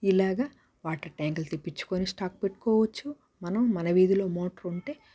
ఇలాగ వాటర్ ట్యాంకులు తెప్పించుకుని స్టాక్ పెట్టుకోవచ్చు మనం మన వీధిలో మోటర్ ఉంటే